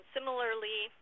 Similarly